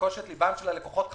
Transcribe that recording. לרכוש את ליבם של הלקוחות חזרה.